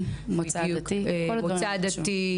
מוצא עדתי,